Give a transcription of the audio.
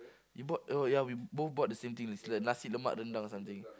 you bought oh ya we both bought the same thing it's like nasi lemak rendang or something